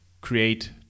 create